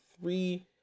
three